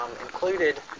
included